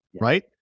right